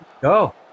Go